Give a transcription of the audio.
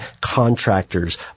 contractors